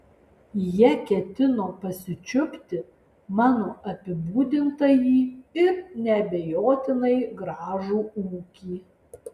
jie ketino pasičiupti mano apibūdintąjį ir neabejotinai gražų ūkį